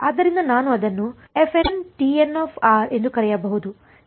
ಆದ್ದರಿಂದ ನಾನು ಅದನ್ನು ಎಂದು ಕರೆಯಬಹುದು ಸರಿ